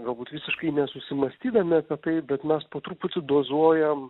galbūt visiškai nesusimąstydami apie tai bet mes po truputį dozuojam